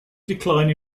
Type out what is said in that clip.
decline